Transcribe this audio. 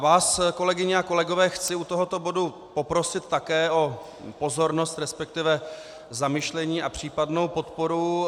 Vás, kolegyně a kolegové, chci u tohoto bodu poprosit také o pozornost, resp. zamyšlení a případnou podporu.